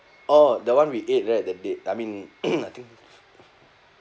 orh the one we ate right that da~ I mean I think